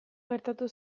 gertatu